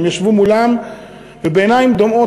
והם ישבו מולה ובעיניים דומעות,